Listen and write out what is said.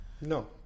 no